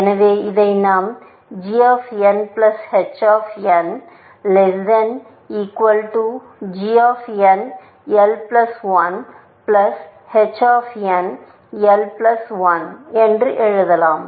எனவே இதை நாம் g of n plus h of n less than equal to g of n l plus one plus h of n l plus one என்று எழுதலாம்